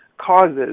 causes